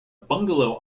bungalow